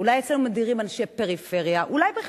אולי אצלנו מדירים אנשי פריפריה?